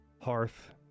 hearth